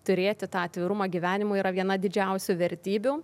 turėti tą atvirumą gyvenimui yra viena didžiausių vertybių